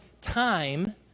time